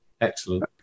Excellent